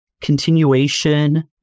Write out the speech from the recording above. continuation